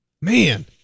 Man